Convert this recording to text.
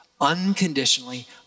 unconditionally